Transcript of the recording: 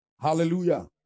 Hallelujah